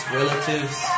relatives